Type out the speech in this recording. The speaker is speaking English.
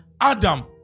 Adam